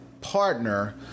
partner